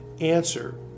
answer